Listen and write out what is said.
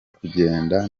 kugenda